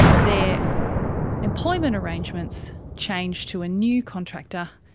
their employment arrangements change to a new contractor,